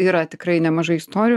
yra tikrai nemažai istorijų